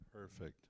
Perfect